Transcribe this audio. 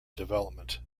development